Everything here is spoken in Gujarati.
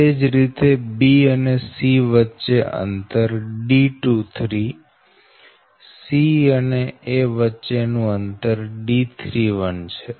એ જ રીતે b અને c વચ્ચે અંતર D23 c અને a વચ્ચે નું અંતર D31 છે